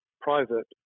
private